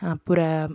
அப்புறம்